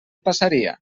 passaria